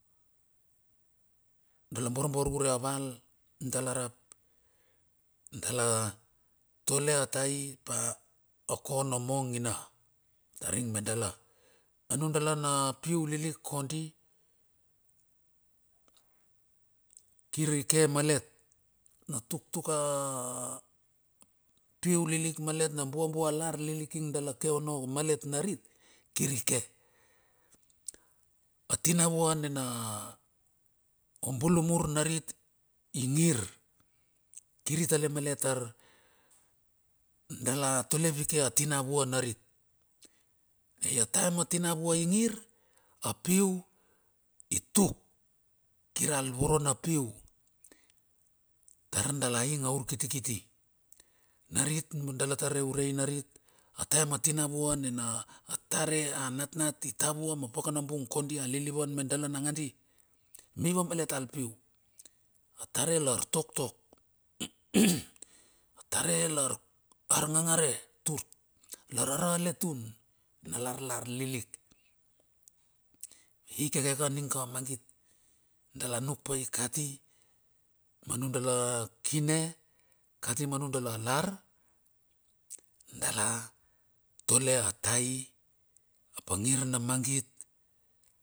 Dala borbor ure a valdala rap. Dala tole a tai pa okonomon ina. Tar ing medala. A nudala na piu lilik kondi kir i ke malet na tuktuk piu lilik malet na buobuo lar lilik ing dala keono malet narit kirike. A tina vua nina o bulumur narit ingir. Tir itale malet tar dala tole vikia a tina vua narit, tia taem tina vo ngir a piu i tuk kir a voro na piu. Tara dala ing urkitkit narit dala tara ura ai narit, a taem tina vua nina, a tare a natnat i tavo ma pakanabung kondia lilivun ma dala nangandi. Meve malet ta piu, a tare lar toktok a tare lar ar ngangare tur. La lar e tun, na larlar lilik i keke ka ning ka mangit dala nuk pa ai kati ma nung dala kine kati ma nung dala lar, dala tole a tai pa ngir na mangit.